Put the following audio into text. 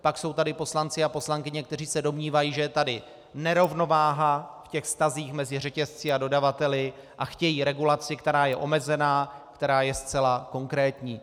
Pak jsou tady poslanci a poslankyně, kteří se domnívají, že je tady nerovnováha ve vztazích mezi řetězci a dodavateli, a chtějí regulaci, která je omezená, která je zcela konkrétní.